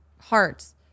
hearts